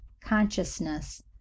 consciousness